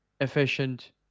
efficient